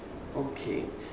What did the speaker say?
okay